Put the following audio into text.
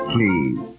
Please